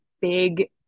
big